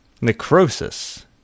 Necrosis